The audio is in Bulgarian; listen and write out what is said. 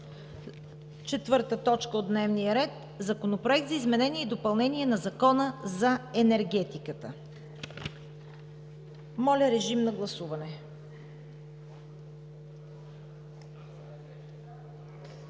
четвърта точка от дневния ред – Законопроект за изменение и допълнение на Закона за енергетиката. Моля, режим на гласуване.